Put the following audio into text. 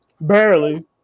Barely